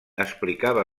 explicava